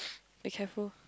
be careful